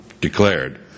declared